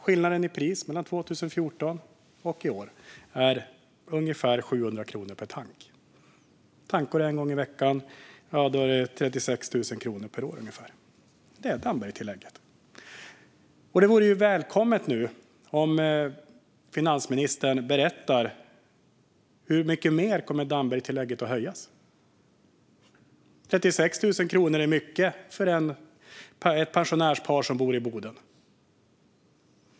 Skillnaden i pris mellan 2014 och i år är ungefär 700 kronor per tank. Om man tankar en gång i veckan innebär det ungefär 36 000 kronor per år. Det är Dambergtillägget. Det vore nu välkommet om finansministern berättar hur mycket mer som Dambergtillägget kommer att höjas. 36 000 kronor är mycket för ett pensionärspar som bor i Boden.